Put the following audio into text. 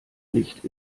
nicht